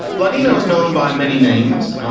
ladino is known by many names.